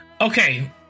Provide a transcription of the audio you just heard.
Okay